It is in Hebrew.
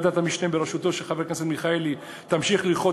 ועדת המשנה בראשותו של חבר הכנסת מיכאלי תמשיך ללחוץ